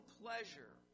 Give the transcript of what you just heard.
pleasure